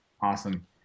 Awesome